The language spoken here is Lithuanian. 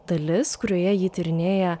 dalis kurioje ji tyrinėja